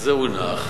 זה הונח,